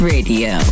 Radio